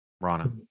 Rana